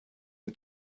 une